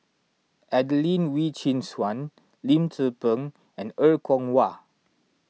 Adelene Wee Chin Suan Lim Tze Peng and Er Kwong Wah